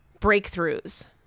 breakthroughs